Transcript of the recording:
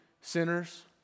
sinners